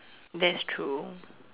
that's true